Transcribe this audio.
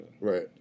Right